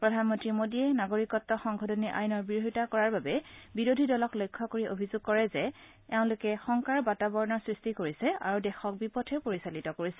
প্ৰধানমন্ত্ৰী মোদীয়ে নাগৰিকত্ব সংশোধনী আইনৰ বিৰোধিতা কৰাৰ বাবে বিৰোধী দলক লক্ষ্য কৰি অভিযোগ কৰে যে এওলোকে শংকাৰ বাতাবৰণ সৃষ্টি কৰিছে আৰু দেশক বিপথে পৰিচালিত কৰিছে